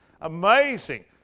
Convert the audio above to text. amazing